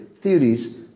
theories